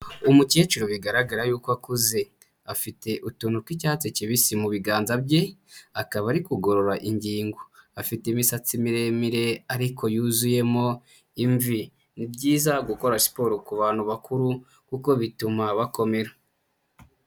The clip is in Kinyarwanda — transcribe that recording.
Umukecuru bigaragara yuko akuze. Afite utuntu tw'icyatsi kibisi mu biganza bye, akaba ari kugorora ingingo. Afite imisatsi miremire ariko yuzuyemo imvi. Ni byiza gukora siporo ku bantu bakuru kuko bituma bakomera.